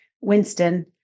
Winston